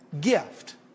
gift